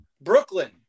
Brooklyn